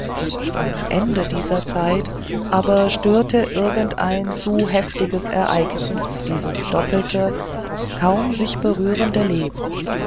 am ende dieser zeit aber störte irgend ein zu heftiges ereignis dieses doppelte kaum sich berührende leben